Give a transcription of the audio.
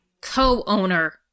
Co-owner